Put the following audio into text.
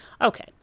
Okay